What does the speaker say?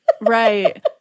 Right